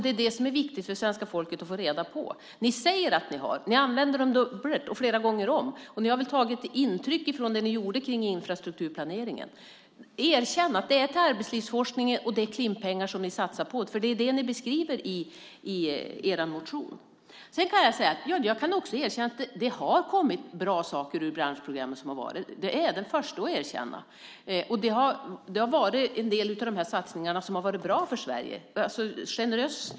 Det är viktigt för svenska folket att få reda på. Ni säger att ni har det men använder dem dubbelt och flera gånger om. Ni har väl tagit intryck från det ni gjorde med infrastrukturplaneringen. Erkänn att det är pengar från arbetslivsforskningen och Klimppengar som ni vill satsa. Det är vad ni beskriver i er motion. Jag kan erkänna att det har kommit bra saker i branschprogrammen. Det är jag den första att erkänna. En del av de satsningarna har varit bra för Sverige.